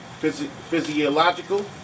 physiological